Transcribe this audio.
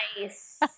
Nice